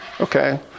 Okay